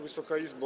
Wysoka Izbo!